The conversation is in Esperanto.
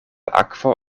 akvo